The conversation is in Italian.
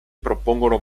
propongono